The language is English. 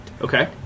okay